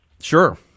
Sure